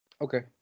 Okay